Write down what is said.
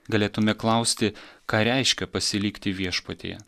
galėtume klausti ką reiškia pasilikti viešpatie